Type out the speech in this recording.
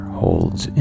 holds